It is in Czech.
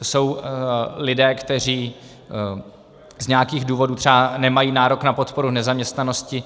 To jsou lidé, kteří z nějakých důvodů třeba nemají nárok na podporu v nezaměstnanosti.